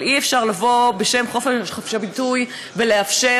אבל אי-אפשר לבוא בשם חופש הביטוי ולאפשר